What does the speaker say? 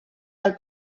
del